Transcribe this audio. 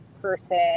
person